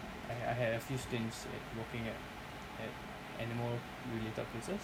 I had I had a few stints working at at animal related places